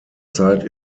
zeit